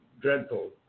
dreadful